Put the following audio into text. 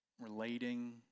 relating